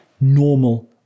normal